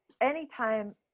anytime